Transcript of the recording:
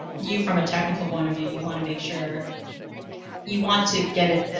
you from a technical point of view you want to make sure you want to get it,